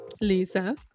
lisa